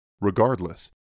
Regardless